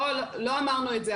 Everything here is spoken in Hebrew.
לא אמרנו את זה.